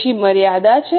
ઓછી મર્યાદા છે